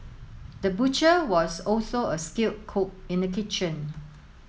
the butcher was also a skilled cook in the kitchen